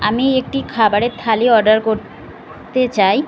আমি একটি খাবারের থালি অর্ডার করতে চাই